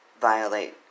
violate